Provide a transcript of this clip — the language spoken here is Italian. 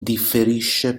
differisce